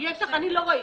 אני לא ראיתי.